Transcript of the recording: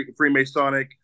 Freemasonic